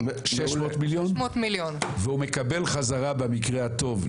600 מיליון והוא מקבל בחזרה במקרה הטוב,